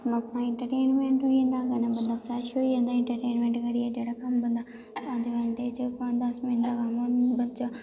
लोकें दा इंट्रटेनमैंट होई जंदा कन्नै बंदा फ्रैश होई जंदा इंट्रटेनमैंट करियै जेह्ड़ा कम्म बंदा पंज मैंट्ट च पंज दस मैंट्ट दा कम्म ओह् मैंट्ट च